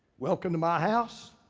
welcome to my house.